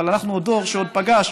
אבל אנחנו דור שעוד פגש,